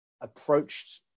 approached